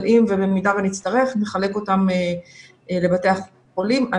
אבל אם ובמידה שנצטרך נחלק אותן לבתי החולים.